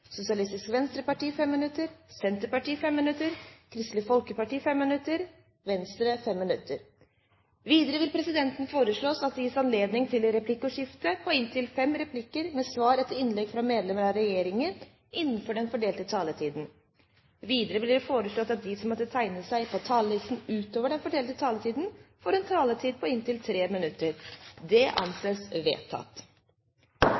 Sosialistisk Venstreparti 5 minutter, Senterpartiet 5 minutter, Kristelig Folkeparti 5 minutter og Venstre 5 minutter. Videre vil presidenten foreslå at det gis anledning til replikkordskifte på inntil seks replikker med svar etter innlegg fra medlem av regjeringen innenfor den fordelte taletid. Videre blir det foreslått at de som måtte tegne seg på talerlisten utover den fordelte taletid, får en taletid på inntil 3 minutter. – Det